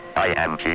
i